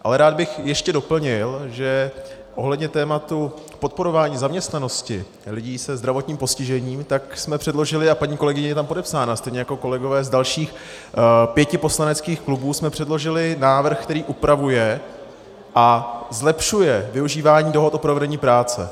Ale rád bych ještě doplnil, že ohledně tématu podporování zaměstnanosti lidí se zdravotním postižením jsme předložili, a paní kolegyně je tam podepsána, stejně jako kolegové z dalších pěti poslaneckých klubů, návrh, který upravuje a zlepšuje využívání tohoto provedení práce.